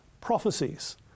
prophecies